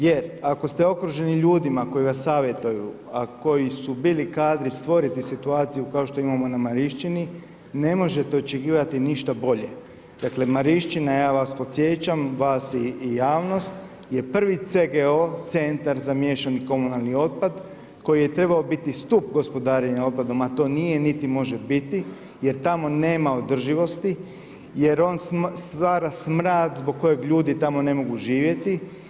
Jer ako ste okruženi ljudima koji vas savjetuju, a koji su bili kadri stvoriti situaciju kao što imamo na Mariščini, ne možete očekivati ništa bolje, dakle Mariščina, ja vas podsjećam i javnost je prvi CGO, centar za miješani komunalni otpad, koji je trebao biti stup gospodarenja otpad, a to nije, niti može biti, jer tamo nema održivosti, jer on stvara smrad zbog kojeg ljudi tamo ne mogu živjeti.